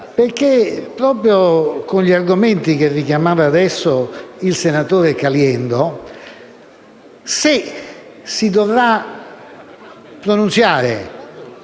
perché, proprio con gli argomenti che richiamava adesso il senatore Caliendo, se si dovrà pronunziare